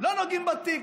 לא נוגעים בתיק,